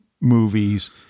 movies